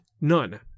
none